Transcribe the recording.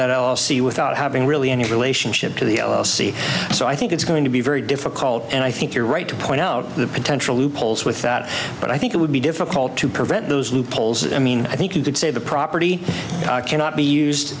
that l l c without having really any relationship to the sea so i think it's going to be very difficult and i think you're right to point out the potential loopholes with that but i think it would be difficult to prevent those loopholes i mean i think you could say the property cannot be used